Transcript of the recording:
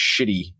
shitty